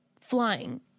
flying